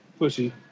pushy